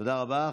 תודה רבה.